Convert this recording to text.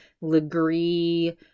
Legree